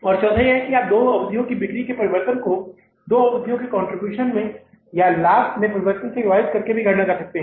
और चौथा यह है कि आप दो अवधियों में बिक्री में परिवर्तन को दो अवधियों में कंट्रीब्यूशन या लाभ में परिवर्तन से विभाजित करके गणना कर सकते हैं